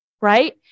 right